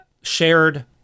shared